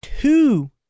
Two